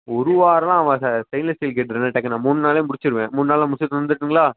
ஒரு வாரமெலாம் ஆகாது சார் ஸ்டெயின்லெஸ் ஸ்டீல் கேட்டு தானே டக்குனு மூணு நாளில் முடித்திடுவேன் மூணு நாளில் முடித்து தந்துடட்டுங்களா